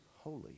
holy